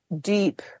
deep